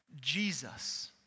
Jesus